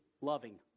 loving